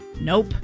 Nope